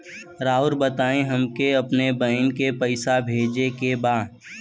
राउर बताई हमके अपने बहिन के पैसा भेजे के बा?